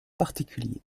particuliers